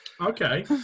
Okay